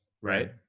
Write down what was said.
right